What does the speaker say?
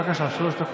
בבקשה, שלוש דקות.